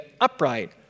upright